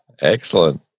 Excellent